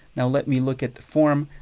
now let me look at the form.